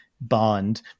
Bond